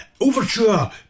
overture